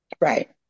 Right